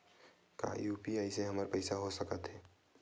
का यू.पी.आई से हमर पईसा हो सकत हे?